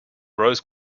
rose